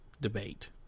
debate